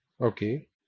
Okay